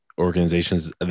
organizations